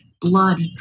blood